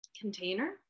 Container